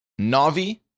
Navi